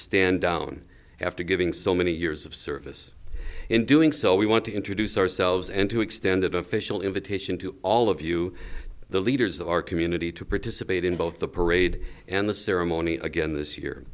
stand down after giving so many years of service in doing so we want to introduce ourselves and to extend an official invitation to all of you the leaders of our community to participate in both the parade and the ceremony again this year